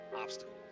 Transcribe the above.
obstacle